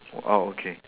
oh uh okay